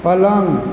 पलङ्ग